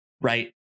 Right